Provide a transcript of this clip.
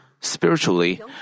Spiritually